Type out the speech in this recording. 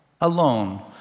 alone